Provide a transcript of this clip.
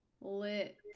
Lit